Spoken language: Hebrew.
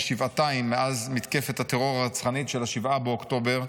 שבעתיים מאז מתקפת הטרור הרצחנית של 7 באוקטובר,